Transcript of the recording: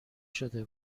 شده